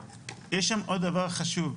ויש שם עוד דבר חשוב.